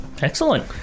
Excellent